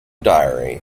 diary